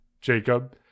Jacob